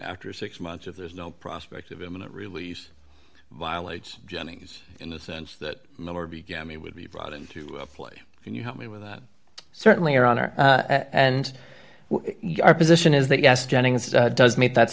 after six months of there's no prospect of imminent release violates jennings in the sense that miller began he would be brought into play can you help me with that certainly your honor and our position is that yes jennings does meet that